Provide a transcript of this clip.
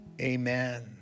amen